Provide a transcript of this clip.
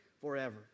forever